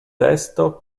testo